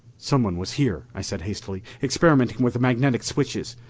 someone was here, i said hastily, experimenting with the magnetic switches.